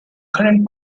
current